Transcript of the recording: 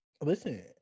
Listen